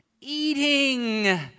eating